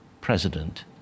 president